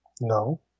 No